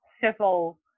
civil